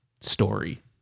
story